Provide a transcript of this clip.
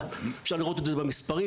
אפשר לראות את זה במספרים,